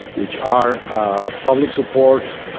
which are public support,